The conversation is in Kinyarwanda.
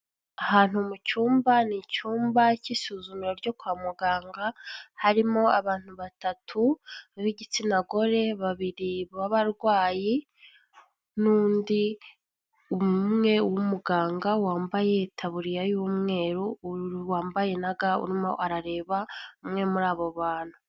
Ahantu mu cyumba, ni icyumba cy'isuzumi ryo kwa muganga, harimo abantu batatu b'igitsina gore babiri b'abarwayi n'undi umwe w'umuganga wambaye itabuririya y'umweru wambaye na ga urimo arareba umwe muri abo bantu.